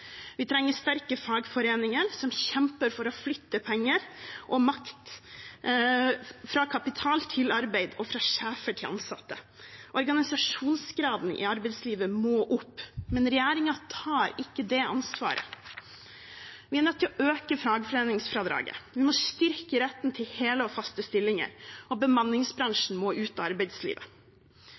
Vi trenger sterke fagforeninger som kjemper for å flytte penger og makt, fra kapital til arbeid og fra sjefer til ansatte. Organisasjonsgraden i arbeidslivet må opp. Men regjeringen tar ikke det ansvaret. Vi er nødt til å øke fagforeningsfradraget, vi må styrke retten til hele og faste stillinger, og bemanningsbransjen må ut av arbeidslivet.